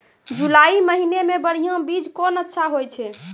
जुलाई महीने मे बढ़िया बीज कौन अच्छा होय छै?